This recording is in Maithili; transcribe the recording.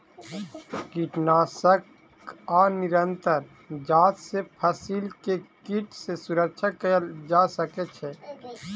कीटनाशक आ निरंतर जांच सॅ फसिल के कीट सॅ सुरक्षा कयल जा सकै छै